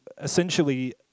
essentially